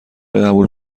قبول